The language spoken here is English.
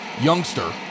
youngster